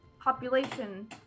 population